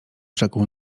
rzekł